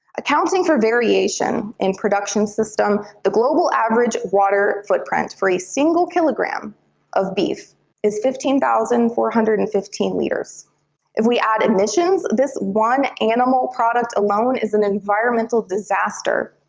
accounting for variation in production system, the global average water footprint for a single kilogram of beef is fifteen thousand four hundred and fifteen liters if we add in emissions, this one animal product alone is an environmental disaster.